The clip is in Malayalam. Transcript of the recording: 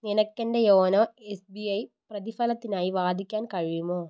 എനിക്ക് എൻ്റെ യോനോ എസ് ബി ഐ പ്രതിഫലത്തിനായി വാദിക്കാൻ കഴിയുമോ